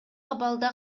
абалда